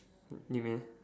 what you mean